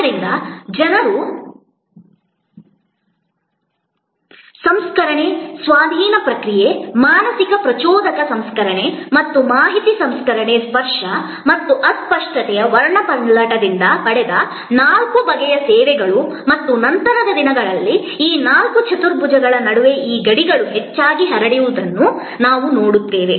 ಆದ್ದರಿಂದ ಜನರ ಸಂಸ್ಕರಣೆ ಸ್ವಾಧೀನ ಪ್ರಕ್ರಿಯೆ ಮಾನಸಿಕ ಪ್ರಚೋದಕ ಸಂಸ್ಕರಣೆ ಮತ್ತು ಮಾಹಿತಿ ಸಂಸ್ಕರಣೆ ಸ್ಪರ್ಶ ಮತ್ತು ಅಸ್ಪಷ್ಟತೆಯ ವರ್ಣಪಟಲದಿಂದ ಪಡೆದ ನಾಲ್ಕು ಬಗೆಯ ಸೇವೆಗಳು ಮತ್ತು ನಂತರದ ದಿನಗಳಲ್ಲಿ ಈ ನಾಲ್ಕು ಚತುರ್ಭುಜಗಳ ನಡುವೆ ಈ ಗಡಿಗಳು ಹೆಚ್ಚಾಗಿ ಹರಡಿರುವುದನ್ನು ನಾವು ನೋಡುತ್ತೇವೆ